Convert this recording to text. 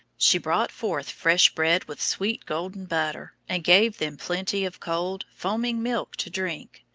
she brought forth fresh bread with sweet golden butter, and gave them plenty of cold, foaming milk to drink,